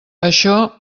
això